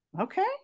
Okay